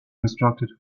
constructed